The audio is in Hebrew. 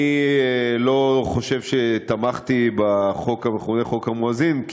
אני לא חושב שתמכתי בחוק המכונה חוק המואזין,